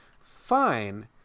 fine